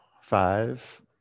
Five